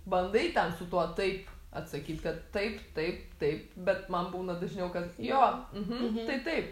bandai ten su tuo taip atsakyt kad taip taip taip bet man būna dažniau kad jo uhu tai taip